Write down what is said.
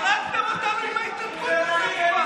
כבר הרגתם אותנו עם ההתנתקות הזאת.